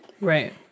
right